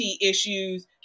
issues